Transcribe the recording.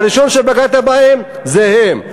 הראשונים שבגדת בהם, זה הם.